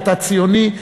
אתה ציוני.